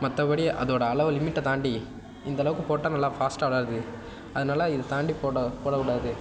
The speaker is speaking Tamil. மற்றபடி அதோடய அளவு லிமிட்டை தாண்டி இந்தளவுக்கு போட்டால் நல்லா ஃபாஸ்ட்டாக வளருது அதனால் இதை தாண்டி போட போடக்கூடாது